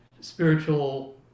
spiritual